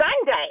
Sunday